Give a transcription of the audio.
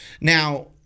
Now